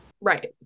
Right